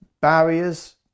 barriers